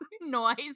noise